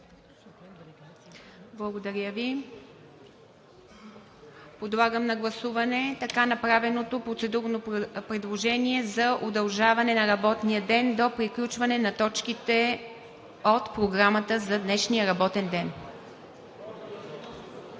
Благодаря Ви. Подлагам на гласуване направеното процедурно предложение за удължаване на работния ден до приключване на точките от Програмата за днешния работен ден.